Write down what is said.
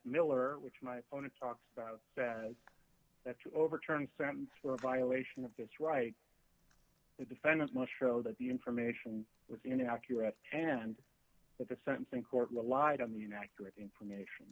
miller which my opponent talks about is that to overturn sentence for a violation of this right the defendant must show that the information was inaccurate and that the sentencing court relied on the inaccurate information